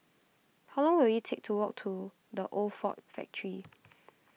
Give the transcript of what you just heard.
how long will it take to walk to the Old Ford Factor